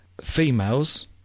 females